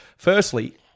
Firstly